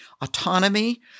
autonomy